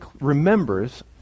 remembers